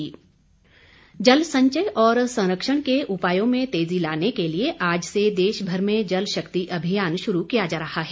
जल शक्ति अभियान जल संचय और संरक्षण के उपायों में तेजी लाने के लिए आज से देशभर में जल शक्ति अभियान शुरू किया जा रहा है